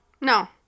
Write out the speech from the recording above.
No